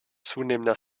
zunehmender